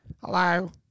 Hello